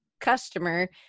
customer